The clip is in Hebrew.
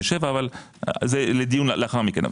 27. זה לדיון לאחר מכן.